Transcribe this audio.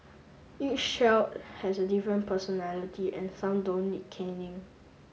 each shall has a different personality and some don't need caning